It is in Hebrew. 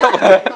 אתה רוצה?